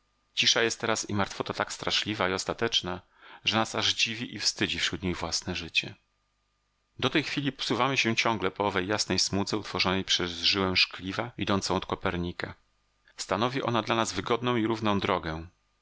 cisza jest teraz i martwota tak straszliwa i ostateczna że nas aż dziwi i wstydzi wśród niej własne życie do tej chwili posuwamy się ciągle po owej jasnej smudze utworzonej przez żyłę szkliwa idącą od kopernika stanowi ona dla nas wygodną i równą drogę